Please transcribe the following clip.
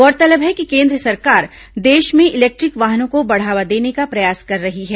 गौरतलब है कि केन्द्र सरकार देश में इलेक्ट्रिक वाहनों को बढ़ावा देने के प्रयास कर रही है